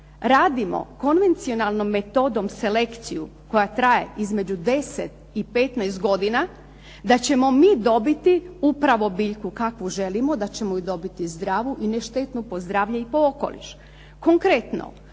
radimo konvencionalnom metodom selekciju koja traje između 10 i 15 godina da ćemo mi dobiti upravo biljku kakvu želimo, da ćemo ju dobiti zdravu i ne štetnu po zdravlje i po okoliš.